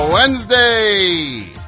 Wednesday